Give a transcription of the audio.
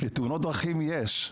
לתאונות דרכים יש.